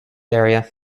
area